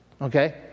Okay